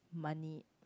money